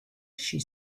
she